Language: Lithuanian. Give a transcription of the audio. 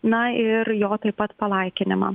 na ir jo taip pat palaikinimą